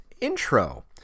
intro